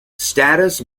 status